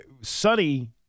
sunny